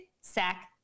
sack